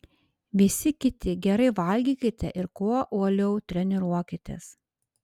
visi kiti gerai valgykite ir kuo uoliau treniruokitės